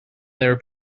their